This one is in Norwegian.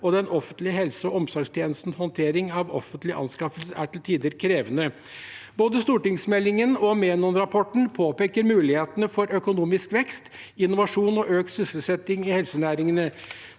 og den offentlige helse- og omsorgstjenestens håndtering av offentlige anskaffelser er til tider krevende. Både stortingsmeldingen og Menon-rapporten påpeker mulighetene for økonomisk vekst, innovasjon og økt sysselsetting i helsenæringene.